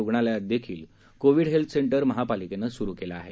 रुग्णालयात देखील COVID health centre महापालिकेनं सुरु केलं आहे